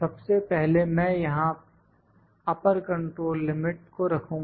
सबसे पहले मैं यहां अपर कंट्रोल लिमिट को रखूंगा